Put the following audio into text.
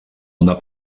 una